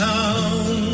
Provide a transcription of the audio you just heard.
Town